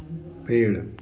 पेड़